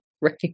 right